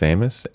Amos